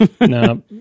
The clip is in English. No